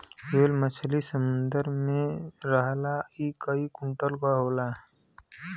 whale मछरी समुंदर में रहला इ कई कुंटल क होला